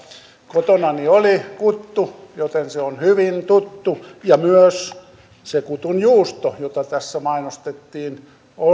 kotonani oli kuttu joten se on hyvin tuttu ja myös se kutunjuusto jota tässä mainostettiin oli